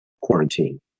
quarantine